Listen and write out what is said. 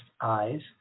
eyes